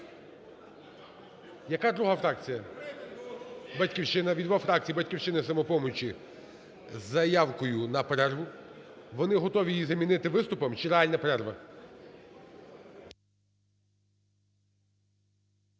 Яка друга фракція? "Батьківщина". Від двох фракцій – "Батьківщини" і "Самопомочі" – з заявкою на перерву. Вони готові її замінити виступом, чи реальна перерва?